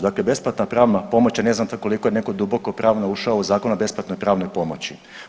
Dakle, besplatna pravna pomoć je ne znam tu koliko je netko duboko pravno ušao u Zakon o besplatnoj pravnoj pomoći.